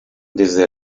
desde